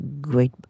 great